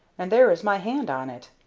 and there is my hand on it.